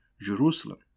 Jerusalem